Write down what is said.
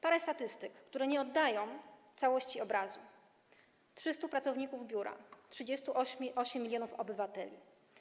Parę statystyk, które nie oddają całości obrazu: 300 pracowników biura - 38 mln obywateli.